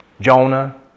Jonah